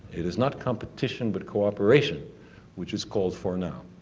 it is not competition but cooperation which is called for now.